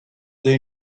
they